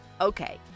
Okay